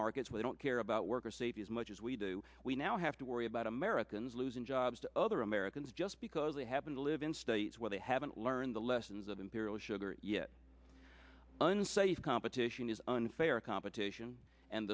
markets we don't care about worker safety as much as we do we now have to worry about americans losing jobs to other americans just because they happen to live in states where they haven't learned the lessons of imperial sugar yet unsafe competition is unfair competition and